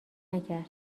نکرد